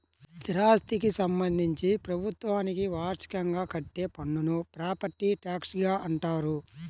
స్థిరాస్థికి సంబంధించి ప్రభుత్వానికి వార్షికంగా కట్టే పన్నును ప్రాపర్టీ ట్యాక్స్గా అంటారు